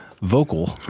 vocal